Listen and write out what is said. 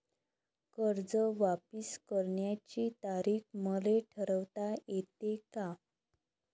कर्ज वापिस करण्याची तारीख मले ठरवता येते का?